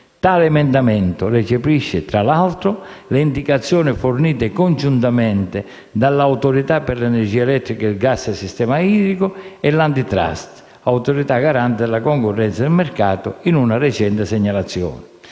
Tale emendamento recepisce, tra l'altro, le indicazioni fornite congiuntamente dall'Autorità per l'energia elettrica, il gas e il sistema idrico e dall'Autorità garante della concorrenza e del mercato, in una recente segnalazione.